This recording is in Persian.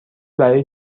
برای